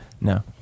No